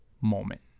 moment